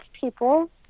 people